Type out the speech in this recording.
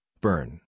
burn